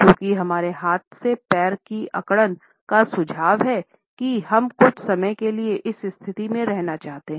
चूंकि हमारे हाथ से पैर की अकड़न का सुझाव है कि हम कुछ समय के लिए इस स्थिति में रहना चाहते हैं